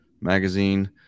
magazine